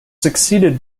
succeeded